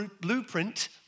blueprint